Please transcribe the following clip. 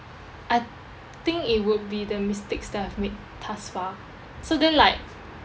I think it would be the mistakes that I've made thus far so then like